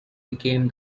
became